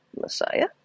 Messiah